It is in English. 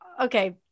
Okay